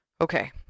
Okay